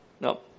No